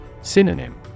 Synonym